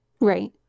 Right